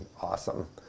awesome